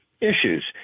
issues